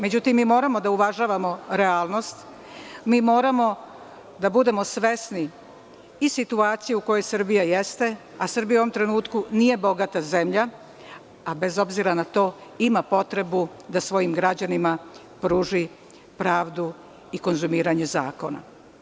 Međutim, mi moramo da uvažavamo realnost, moramo da budemo svesni i situacije u kojoj Srbija jeste, a Srbija u ovom trenutku nije bogata zemlja, a bez obzira na to ima potrebu da svojim građanima pruži pravdu i konzumiranje zakona.